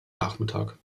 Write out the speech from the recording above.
nachmittag